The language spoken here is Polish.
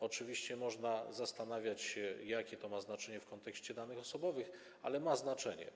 Oczywiście można się zastanawiać, jakie to ma znaczenie w kontekście danych osobowych, ale ma znaczenie.